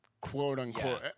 quote-unquote